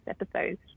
episodes